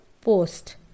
post